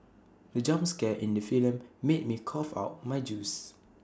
the jump scare in the film made me cough out my juice